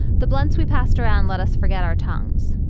the blends we passed around, let us forget our tongues.